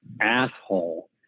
asshole